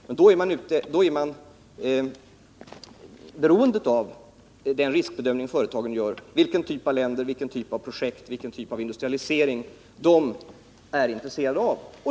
Men då är man beroende av den riskbedömning företagen gör — vilken typ av länder, vilken typ av projekt, vilken typ av industrialisering de är intresserade av.